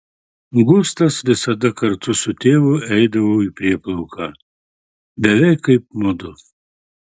gustas visada kartu su tėvu eidavo į prieplauką beveik kaip mudu